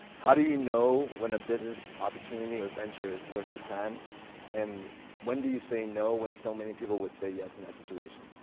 how do you know when a business opportunity or venture is worth your time and when do you say no when so many would say yes in that situation?